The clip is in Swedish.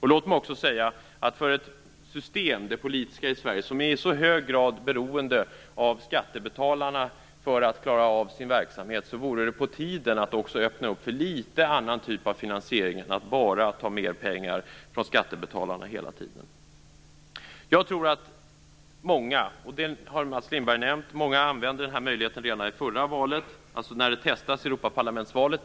Det politiska system som vi har i Sverige är i så hög grad beroende av skattebetalarna för att klara av sin verksamhet. Därför är det på tiden att man också öppnar för någon annan typ av finansiering i stället för att hela tiden ta mer pengar från skattebetalarna. Jag tror att många använde den här möjligheten redan i förra valet; det har Mats Berglind redan nämnt. Det testades ju i Europaparlamentsvalet.